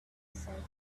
said